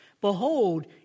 Behold